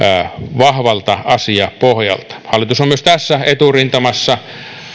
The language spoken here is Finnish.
vahvalta asiapohjalta hallitus on myös tässä eturintamassa